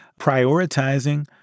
prioritizing